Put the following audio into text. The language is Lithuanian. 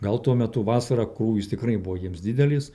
gal tuo metu vasarą krūvis tikrai buvo jiems didelis